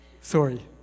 Sorry